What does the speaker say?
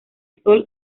sol